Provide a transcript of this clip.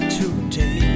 today